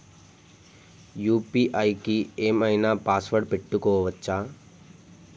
UPI కి ఏం ఐనా పాస్వర్డ్ పెట్టుకోవచ్చా?